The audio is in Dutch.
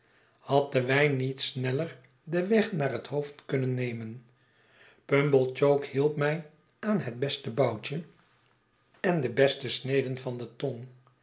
de wijn niet sneller den weg naar mijn hoofd kunnen nemen pumblechook hielp mij aan het beste boutje en de beste sneden van de tong